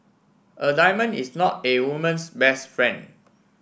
a diamond is not a woman's best friend